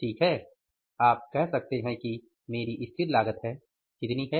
ठीक है आप कह सकते हैं कि मेरी स्थिर लागत है कितनी है